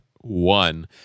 one